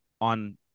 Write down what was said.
on